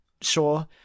sure